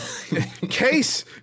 Case